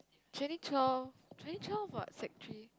twenty twelve twenty twelve about sec three